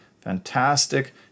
fantastic